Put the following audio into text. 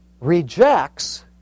rejects